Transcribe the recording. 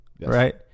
right